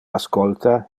ascolta